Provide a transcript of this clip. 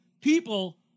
people